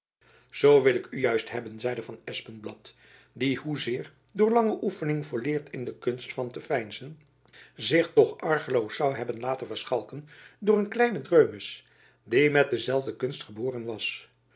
zoo wil ik u juist hebben zeide van espenblad die hoezeer door lange oefening volleerd in de kunst van te veinzen zich toch argeloos zoû hebben laten verschalken door een kleinen dreumis die met dezelfde kunst geboren was